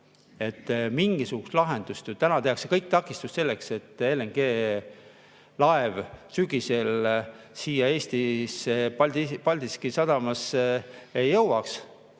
mingisugust lahendust! Täna tehakse kõiki takistusi, et LNG‑laev sügisel siia Eestisse Paldiski sadamasse ei jõuaks